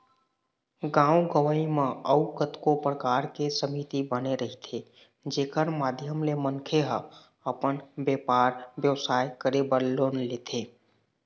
गाँव गंवई म अउ कतको परकार के समिति बने रहिथे जेखर माधियम ले मनखे ह अपन बेपार बेवसाय करे बर लोन देथे